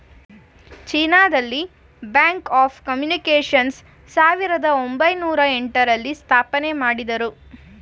China ದಲ್ಲಿ Bank of Communications ಸಾವಿರದ ಒಂಬೈನೊರ ಎಂಟ ರಲ್ಲಿ ಸ್ಥಾಪನೆಮಾಡುದ್ರು